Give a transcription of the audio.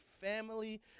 family